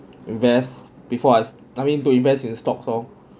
invest before us I mean to invest in stock form